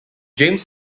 james